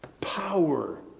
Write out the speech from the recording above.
Power